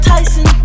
Tyson